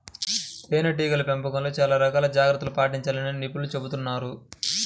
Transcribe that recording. తేనెటీగల పెంపకంలో చాలా రకాల జాగ్రత్తలను పాటించాలని నిపుణులు చెబుతున్నారు